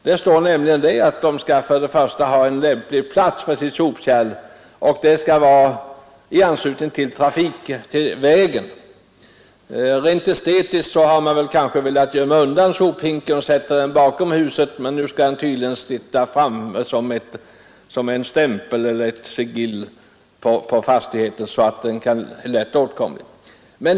Det står nämligen i bestämmelserna att de skall ha en lämplig plats för sitt sopkärl i anslutning till vägen. Av rent estetiska skäl har man kanske velat gömma undan soptunnan bakom huset, men nu skall den tydligen stå framme som ett sigill på fastigheten, så att den är lätt åtkomlig.